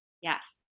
yes